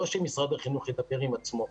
לא שמשרד החינוך ידבר עם עצמו,